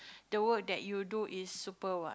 the work that you do is super what